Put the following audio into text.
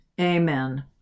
amen